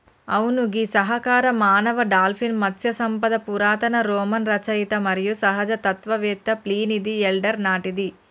అవును గీ సహకార మానవ డాల్ఫిన్ మత్స్య సంపద పురాతన రోమన్ రచయిత మరియు సహజ తత్వవేత్త ప్లీనీది ఎల్డర్ నాటిది